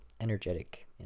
energetic